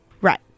Right